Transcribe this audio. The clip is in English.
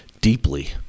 deeply